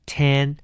ten